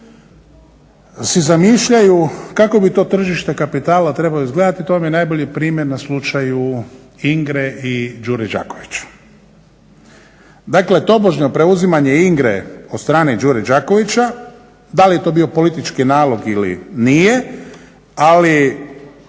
si zamišljaju kako bi to tržište kapitala trebalo izgledati, to vam je najbolji primjer na slučaju Ingre i Đure Đakovića. Dakle, tobože preuzimanje Ingre od strane Đure Đakovića, da li je to bio politički nalog ili nije, ali